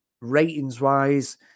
ratings-wise